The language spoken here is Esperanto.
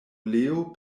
leo